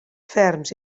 ferms